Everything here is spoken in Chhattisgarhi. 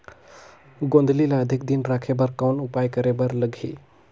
गोंदली ल अधिक दिन राखे बर कौन उपाय करे बर लगही?